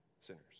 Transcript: sinners